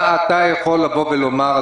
מה אתה יכול לומר,